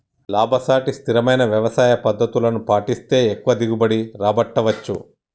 లాభసాటి స్థిరమైన వ్యవసాయ పద్దతులను పాటిస్తే ఎక్కువ దిగుబడి రాబట్టవచ్చు